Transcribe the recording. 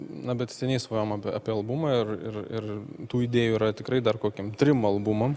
na bet seniai svajojom apie apie albumą ir ir ir tų idėjų yra tikrai dar kokiem trim albumam